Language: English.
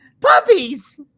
puppies